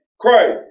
Christ